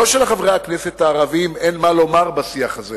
לא שלחברי הכנסת הערבים אין מה לומר בשיח הזה.